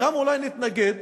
אולי נתנגד,